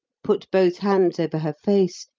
put both hands over her face,